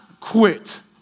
quit